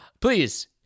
please